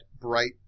bright